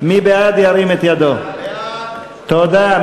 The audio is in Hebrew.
משרד החוץ, תפעול